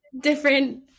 different